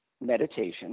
meditation